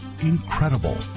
Incredible